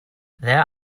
there